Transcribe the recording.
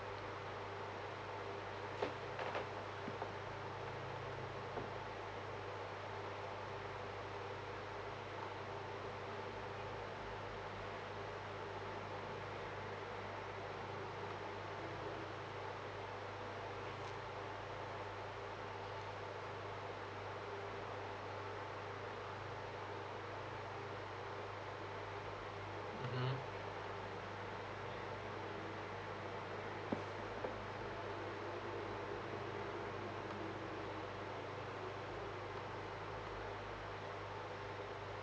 mmhmm